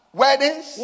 weddings